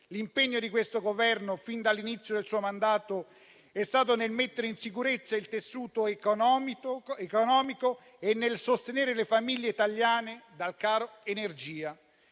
L'impegno di questo Governo, fin dall'inizio del suo mandato, è stato volto a mettere in sicurezza il tessuto economico e a sostenere le famiglie italiane dal caro energia.